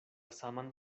saman